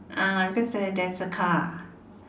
uh because there there's a car